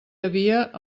havia